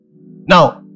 now